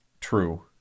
True